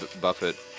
Buffett